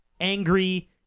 angry